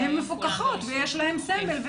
והם מפוקחים ויש להם סמל,